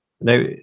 Now